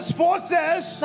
forces